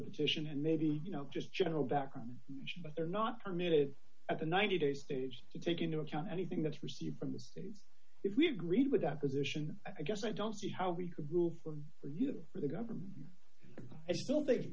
petition and maybe you know just general background but they're not permitted at the ninety day stage to take into account anything that's received from this if we agreed with that position i guess i don't see how we could rule for review for the government as still th